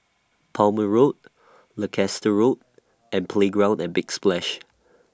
Palmer Road Leicester Road and Playground At Big Splash